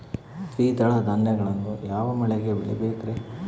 ದ್ವಿದಳ ಧಾನ್ಯಗಳನ್ನು ಯಾವ ಮಳೆಗೆ ಬೆಳಿಬೇಕ್ರಿ?